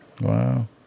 Wow